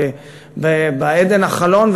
באדן החלון,